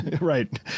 Right